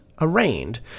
arraigned